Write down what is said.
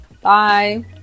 Bye